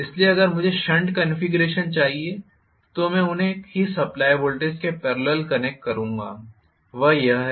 इसलिए अगर मुझे शंट कॉन्फ़िगरेशन चाहिए तो मैं उन्हें एक ही सप्लाई वोल्टेज के पेरलल कनेक्ट करूँगा वह यह है